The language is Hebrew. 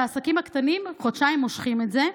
העסקים הקטנים מושכים את זה חודשיים.